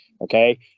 Okay